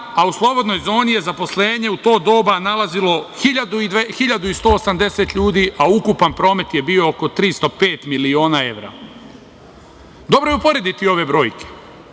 a u Slobodnoj zoni je zaposlenje u to doba nalazilo 1.180 ljudi, a ukupan promet je bio oko 305 miliona evra. Dobro je uporediti ove brojke.